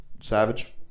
Savage